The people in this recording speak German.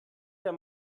der